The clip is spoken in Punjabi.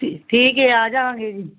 ਠੀਕ ਏ ਆ ਜਾਂਗੇ ਜੀ